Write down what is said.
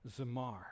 zamar